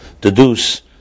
deduce